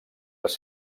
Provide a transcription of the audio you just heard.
les